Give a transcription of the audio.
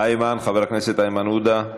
איימן, חבר הכנסת איימן עודה,